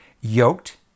Yoked